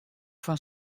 fan